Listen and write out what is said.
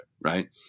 right